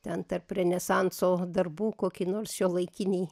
ten tarp renesanso darbų kokį nors šiuolaikinį